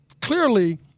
clearly